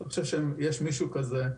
אני לא חושב שיש מישהו כזה.